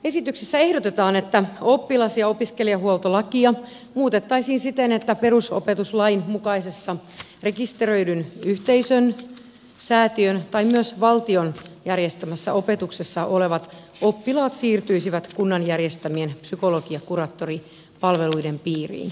esityksessä ehdotetaan että oppilas ja opiskelijahuoltolakia muutettaisiin siten että perusopetuslain mukaisessa rekisteröidyn yhteisön säätiön tai myös valtion järjestämässä opetuksessa olevat oppilaat siirtyisivät kunnan järjestämien psykologi ja kuraattoripalveluiden piiriin